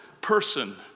person